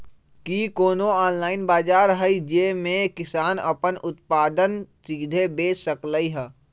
कि कोनो ऑनलाइन बाजार हइ जे में किसान अपन उत्पादन सीधे बेच सकलई ह?